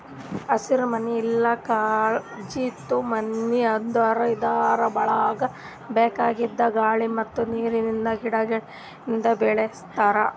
ಹಸಿರುಮನಿ ಇಲ್ಲಾ ಕಾಜಿಂದು ಮನಿ ಅಂದುರ್ ಇದುರ್ ಒಳಗ್ ಬೇಕಾಗಿದ್ ಗಾಳಿ ಮತ್ತ್ ನೀರಿಂದ ಗಿಡಗೊಳಿಗ್ ಬೆಳಿಸ್ತಾರ್